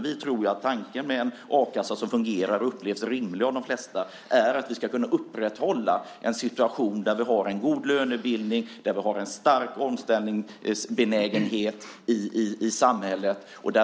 Vi tror att tanken med en a-kassa som fungerar och upplevs som rimlig av de flesta är att vi ska kunna upprätthålla en situation där vi har en god lönebildning och där vi har en stark omställningsbenägenhet i samhället.